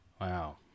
Wow